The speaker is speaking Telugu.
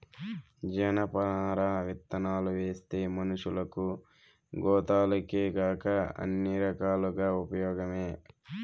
జనపనార విత్తనాలువేస్తే మనషులకు, గోతాలకేకాక అన్ని రకాలుగా ఉపయోగమే